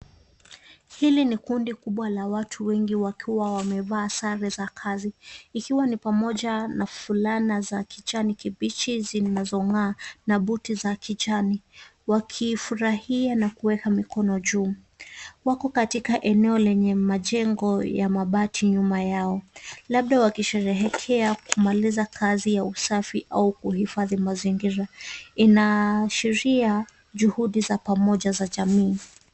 Hili ni kundi kubwa la watu wengi wakiwa wamevaa sare za kazi, ikiwa ni pamoja na fulana za kijani kibichi zinazong'aa na buti za kijani, wakifurahia na kuweka mikono juu. Wako katika eneo lenye majengo ya mabati nyuma yao, labda wakisherehea kumaliza kazi ya usafi au kuhifadhi mazingira. Inaashiria juhudi za pamoja za jamii.